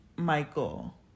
Michael